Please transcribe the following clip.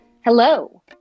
Hello